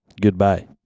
Goodbye